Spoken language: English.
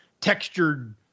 textured